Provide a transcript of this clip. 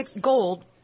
gold